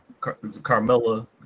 Carmella